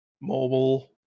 mobile